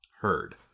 heard